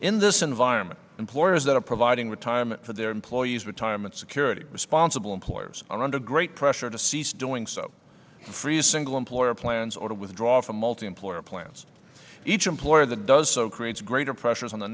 in this environment employers that are providing retirement for their employees retirement security responsible employers are under great pressure to cease doing so freeze single employer plans or to withdraw from multi employer plans each employer that does so creates greater pressures on the